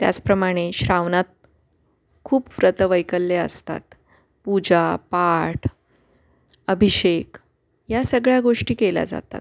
त्याचप्रमाणे श्रावणात खूप व्रतवैकल्य असतात पूजा पाठ अभिषेक या सगळ्या गोष्टी केल्या जातात